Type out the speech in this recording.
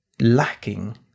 lacking